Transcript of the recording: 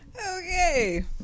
Okay